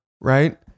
right